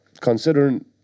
considering